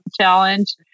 challenge